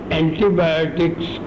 antibiotics